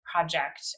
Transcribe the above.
project